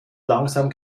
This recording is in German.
langsam